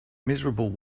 miserable